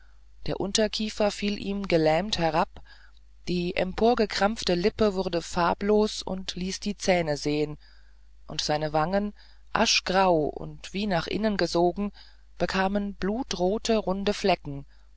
der unterkiefer fiel ihm gelähmt herab die emporgekrampfte lippe wurde farblos und ließ die zähne sehen und seine wangen aschgrau und wie nach innen gesogen bekamen blaurote runde flecken